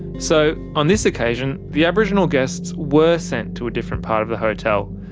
so on this occasion, the aboriginal guests were sent to a different part of the hotel.